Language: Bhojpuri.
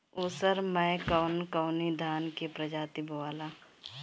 उसर मै कवन कवनि धान के प्रजाति बोआला?